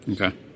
Okay